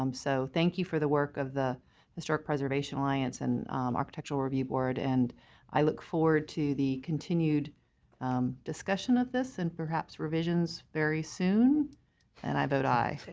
um so thank you for the work of the historic preservation alliance and architectural review board and i look forward to the continued discussion of this and perhaps revisions very soon and i vote aye.